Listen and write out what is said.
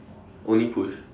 only push